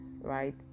right